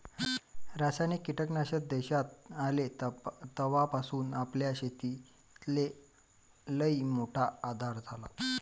रासायनिक कीटकनाशक देशात आले तवापासून आपल्या शेतीले लईमोठा आधार झाला